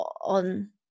on